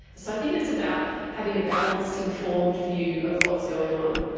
so i think it's about having a balanced, informed view of what's going on.